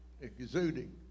exuding